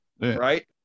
Right